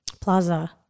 plaza